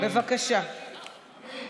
עמית,